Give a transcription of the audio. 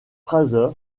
fraser